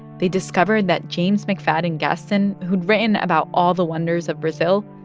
they discovered that james mcfadden gaston, who'd written about all the wonders of brazil,